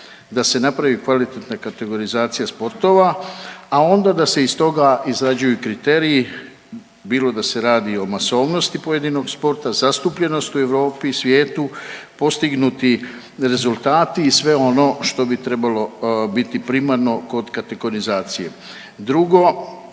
da se napravi kvalitetna kategorizacija sportova, a onda da se iz toga izrađuju kriteriji bilo da se radi o masovnosti pojedinog sporta, zastupljenost u Europi, svijetu, postignuti rezultati i sve ono što bi trebalo biti primarno kod kategorizacije. Drugo,